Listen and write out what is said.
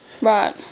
Right